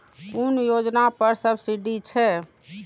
कुन योजना पर सब्सिडी छै?